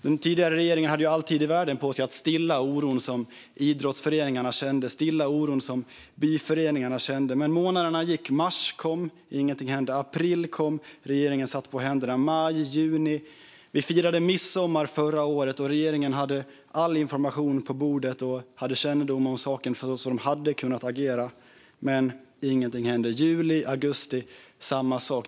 Den dåvarande regeringen hade all tid i världen på sig att stilla den oro som idrotts och byföreningar kände. Men månaderna gick. Mars kom och ingenting hände. April kom och regeringen satt på händerna. Maj och juni kom. Vi firade midsommar förra året, och regeringen hade all information och hade kunnat agera, men ingenting hände. Juli och augusti var det samma sak.